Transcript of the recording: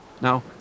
Now